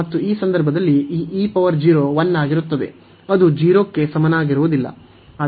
ಮತ್ತು ಈ ಸಂದರ್ಭದಲ್ಲಿ ಈ 1 ಆಗಿರುತ್ತದೆ ಅದು 0 ಕ್ಕೆ ಸಮನಾಗಿರುವುದಿಲ್ಲ